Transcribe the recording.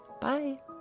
Bye